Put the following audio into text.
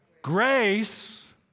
Grace